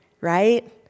right